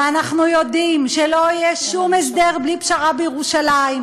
ואנחנו יודעים שלא יהיה שום הסדר בלי פשרה בירושלים.